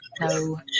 No